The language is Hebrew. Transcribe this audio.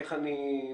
איך אני נוסע,